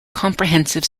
comprehensive